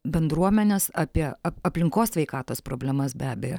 bendruomenes apie aplinkos sveikatos problemas be abejo